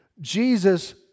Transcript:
Jesus